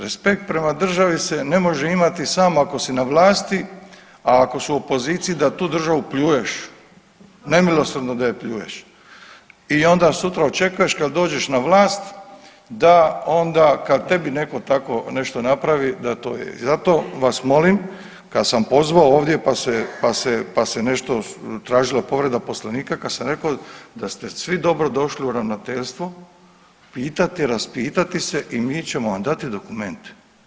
Respekt prema državi se ne može imati samo ako si na vlasti, a ako su opoziciji da tu državu pljuješ, nemilosrdno da je pljuješ i onda sutra očekuješ, kad dođeš na vlast da onda kad tebi netko tako nešto napravi, da to je i zato vas molim, kad sam pozvao ovdje pa se nešto tražilo povreda Poslovnika, kad sam rekao da ste vi dobrodošli u Ravnateljstvo pitati, raspitati se i mi ćemo vam dati dokumente.